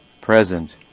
present